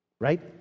right